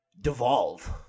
devolve